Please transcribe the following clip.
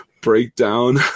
breakdown